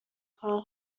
کانال